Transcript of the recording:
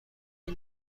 این